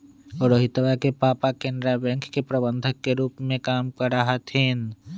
रोहितवा के पापा केनरा बैंक के प्रबंधक के रूप में काम करा हथिन